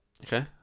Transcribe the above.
Okay